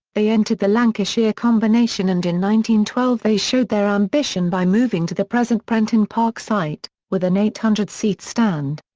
they entered the lancashire combination and in twelve they showed their ambition by moving to the present prenton park site, with an eight hundred seat stand.